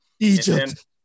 Egypt